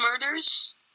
murders